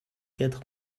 quatre